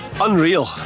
Unreal